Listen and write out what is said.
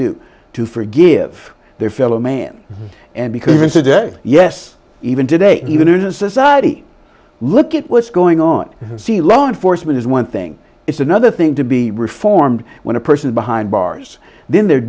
do to forgive their fellow man and because even today yes even today even in a society look at what's going on see law enforcement is one thing it's another thing to be reformed when a person behind bars then they're